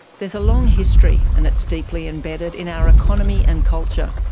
there's a long history and it's deeply embedded in our economy and culture.